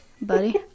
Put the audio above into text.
buddy